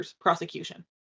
prosecution